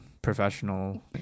professional